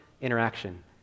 interaction